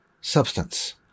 substance